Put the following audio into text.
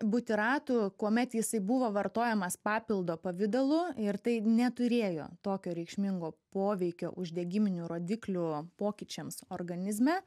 butiratu kuomet jisai buvo vartojamas papildo pavidalu ir tai neturėjo tokio reikšmingo poveikio uždegiminių rodiklių pokyčiams organizme